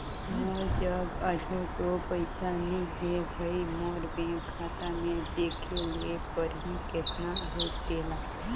मोर जग अझो दो पइसा नी हे भई, मोर बेंक खाता में देखे ले परही केतना अहे तेला